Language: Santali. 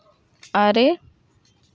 ᱟᱨᱮ